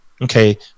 okay